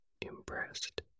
impressed